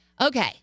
Okay